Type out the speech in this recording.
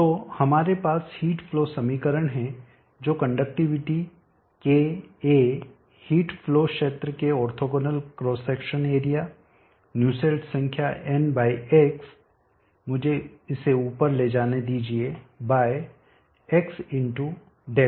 तो हमारे पास हीट फ्लो समीकरण है जो conductivity K A heat flow क्षेत्र केऑर्थोगोनल क्रॉस सेक्शन एरिया न्यूसेल्ट संख्या N बाय X मुझे इसे ऊपर ले जाने दीजिए बाय x ΔT